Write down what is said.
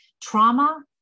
Trauma